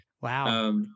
Wow